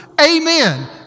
Amen